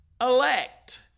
Elect